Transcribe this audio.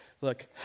Look